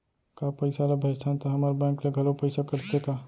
का पइसा ला भेजथन त हमर बैंक ले घलो पइसा कटथे का?